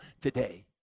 today